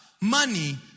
money